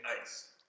ice